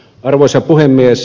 arvoisa puhemies